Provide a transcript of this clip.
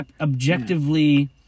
objectively